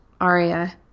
aria